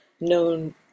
known